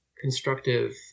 constructive